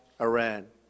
Iran